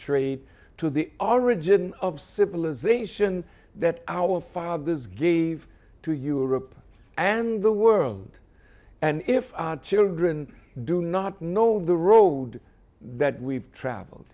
trade to the all region of civilization that our fathers gave to europe and the world and if children do not know the road that we've traveled